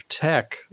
tech